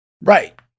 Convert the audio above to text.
Right